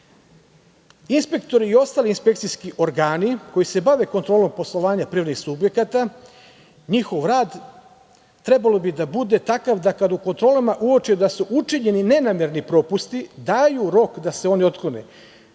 propusti. Inspektori i ostali inspekcijski organi koji se bave kontrolom poslovanja privrednih subjekata, njihov rad trebalo bi da bude takav da kada u kontrolama uoče da su učinjeni nenamerni propusti daju rok da se oni otklone,